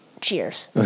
Cheers